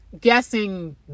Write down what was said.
guessing